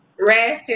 Ratchet